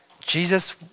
Jesus